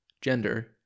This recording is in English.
gender